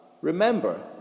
Remember